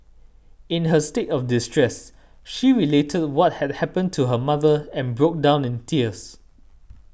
in her state of distress she related what had happened to her mother and broke down in tears